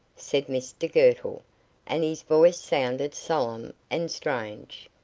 said mr girtle and his voice sounded solemn and strange.